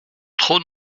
trop